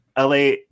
LA